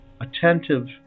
attentive